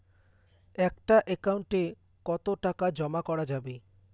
একটা একাউন্ট এ কতো টাকা জমা করা যাবে?